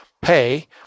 pay